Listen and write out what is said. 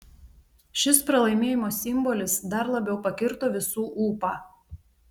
šis pralaimėjimo simbolis dar labiau pakirto visų ūpą